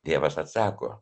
tėvas atsako